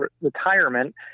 retirement